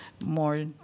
more